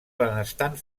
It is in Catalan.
benestant